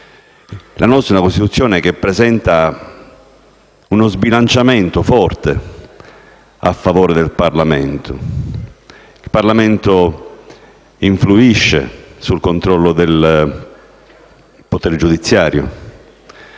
La nostra è una Costituzione che presenta uno sbilanciamento forte a favore del Parlamento: il Parlamento influisce sul controllo del potere giudiziario;